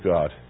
God